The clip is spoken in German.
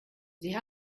sie